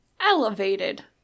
Elevated